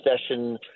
session